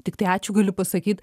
tiktai ačiū galiu pasakyt